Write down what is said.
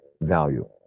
value